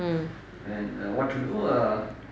mm